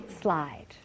slide